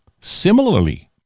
similarly